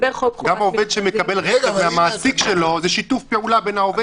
גם עובד שמקבל רכב מהמעסיק שלו זה שיתוף פעולה בין העובד למעסיק.